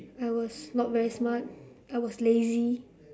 I was not very smart I was lazy